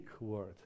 word